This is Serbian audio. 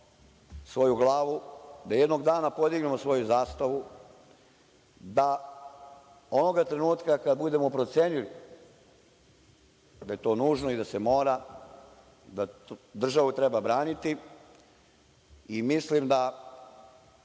svoju glavu, da jednog dana podignemo svoju zastavu, da onoga trenutka kad budemo procenili da je to nužno i da se mora, da državu treba braniti i mislim da